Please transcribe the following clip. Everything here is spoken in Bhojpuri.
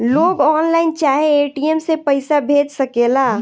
लोग ऑनलाइन चाहे ए.टी.एम से पईसा भेज सकेला